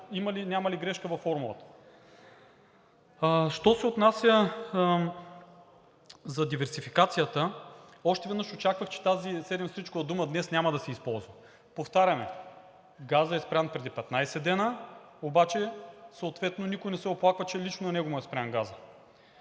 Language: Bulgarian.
няма ли грешка във формулата. Що се отнася за диверсификацията. Още веднъж очаквах, че тази седемсричкова дума днес няма да се използва. Повтарям Ви, газът е спрян преди 15 дни, но съответно никой не се оплаква, че лично на него му е спрян газът.